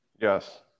Yes